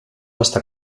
estar